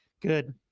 Good